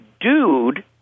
dude